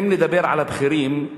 ואם נדבר על הבכירים,